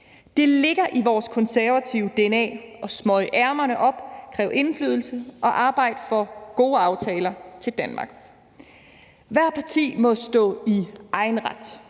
Det ligger i vores konservative dna at smøge ærmerne op, kræve indflydelse og arbejde for gode aftaler til Danmark. Hvert parti må stå i egen ret,